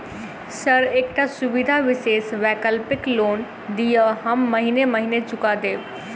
Sir एकटा सुविधा विशेष वैकल्पिक लोन दिऽ हम महीने महीने चुका देब?